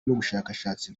n’ubushakashatsi